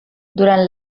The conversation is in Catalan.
durant